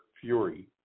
Fury